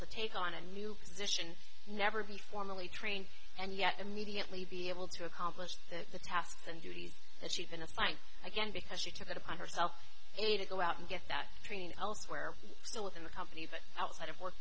to take on a new position never be formally trained and yet immediately be able to accomplish the task and duties that she'd been assigned again because she took it upon herself in to go out and get that training elsewhere still in the company but outside of work